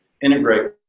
integrate